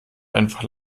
einfach